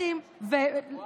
פתטיים, אתה רואה?